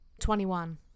Twenty-one